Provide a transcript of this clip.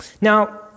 Now